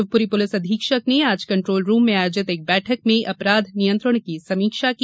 Shivpuri police अधीक्षक ने आज कंट्रोल रूम में आयोजित एक बैठक में अपराध नियंत्रण की समीक्षा की